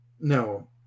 No